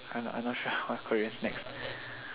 I I not sure what korean snacks